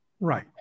Right